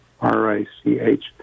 R-I-C-H